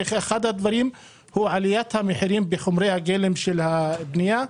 כשאחד הדברים הוא עליית המחירים של חומרי הגלם של הבנייה.